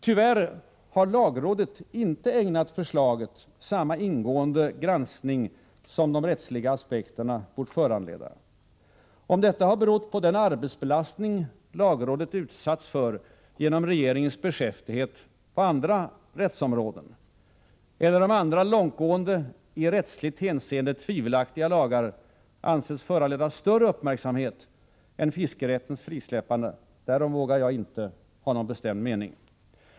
Tyvärr har lagrådet inte ägnat förslaget samma ingående granskning som de rättsliga aspekterna bort föranleda. Om detta har berott på den arbetsbelastning lagrådet utsatts för genom regeringens beskäftighet på andra rättsområden eller om andra långtgående, i rättsligt hänseende tvivelaktiga, lagar ansetts föranleda större uppmärksamhet än fiskerättens frisläppande — därom vågar jag inte uttala någon bestämd mening.